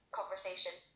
conversation